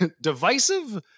Divisive